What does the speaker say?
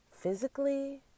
Physically